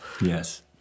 Yes